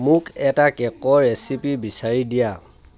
মোক এটা কেকৰ ৰেচিপি বিচাৰি দিয়া